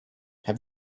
have